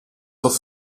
auf